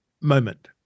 moment